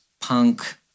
punk